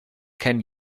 can